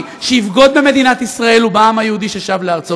שיבגוד במדינת ישראל ובעם היהודי ששב לארצו.